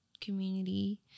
community